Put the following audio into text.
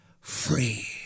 free